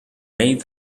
made